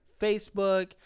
Facebook